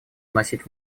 вносить